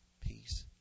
peace